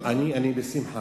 בשמחה,